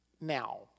now